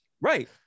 right